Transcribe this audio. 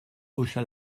hocha